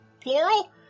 Plural